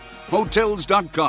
Hotels.com